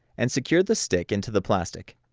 and secure the stick into the plastic,